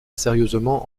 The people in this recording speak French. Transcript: sérieusement